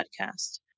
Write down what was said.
podcast